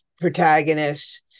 protagonists